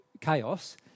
chaos